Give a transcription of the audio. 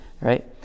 right